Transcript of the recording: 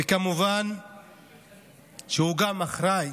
וכמובן שהוא גם אחראי